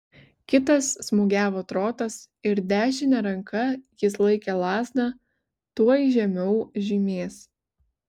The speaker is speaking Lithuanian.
kitas smūgiavo trotas ir dešine ranka jis laikė lazdą tuoj žemiau žymės